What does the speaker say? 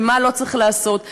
ומה לא צריך לעשות,